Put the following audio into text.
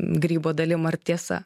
grybo dalim ar tiesa